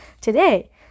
today